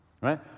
right